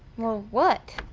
well, what?